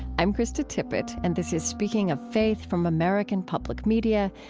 i'm krista tippett and this is speaking of faith from american public media.